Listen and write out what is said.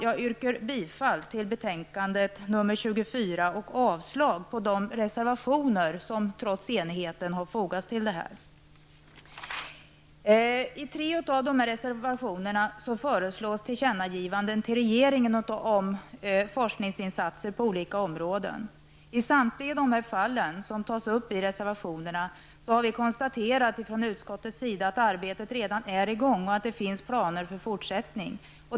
Jag yrkar bifall till utskottets hemställan i betänkande nr 24 och avslag på de reservationer som trots enigheten har fogats till betänkandet. I tre av reservationerna föreslås tillkännagivande till regeringen om forskningsinsatser på olika områden. I samtliga de fall som tas upp i reservationerna har vi konstaterat från utskottets sida att arbetet redan är i gång och att det finns planer för en fortsättning.